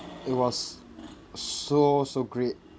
it was so so great